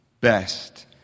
best